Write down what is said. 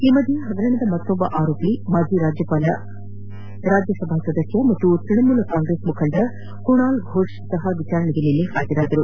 ಈ ಮಧ್ಯೆ ಹಗರಣದ ಮತ್ತೊಬ್ಬ ಆರೋಪಿಯಾದ ಮಾಜಿ ರಾಜ್ಯಸಭಾ ಸದಸ್ಕ ಹಾಗೂ ತೃಣಮೂಲ ಕಾಂಗ್ರೆಸ್ ಮುಖಂಡ ಕುಣಾಲ್ ಘೋಷ್ ಸಹ ವಿಚಾರಣೆಗೆ ನಿನ್ನೆ ಹಾಜರಾಗಿದ್ದರು